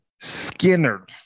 Skinner